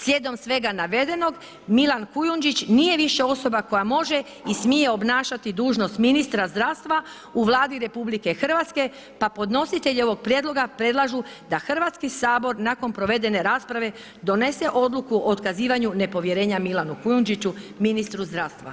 Slijedom svega navedenog, Milan Kujundžić nije više osoba koja može i smije obnašati dužnost ministra zdravstva u Vladi RH pa podnositelj ovog prijedloga predlažu da Hrvatski sabor nakon provedene rasprave donese odluku otkazivanju nepovjerenja Milanu Kujundžiću ministru zdravstva.